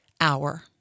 hour